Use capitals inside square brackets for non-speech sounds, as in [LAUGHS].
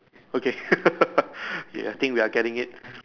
okay [LAUGHS] ya I think we are getting it